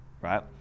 right